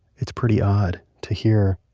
it's pretty odd to hear,